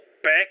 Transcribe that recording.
back